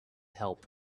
help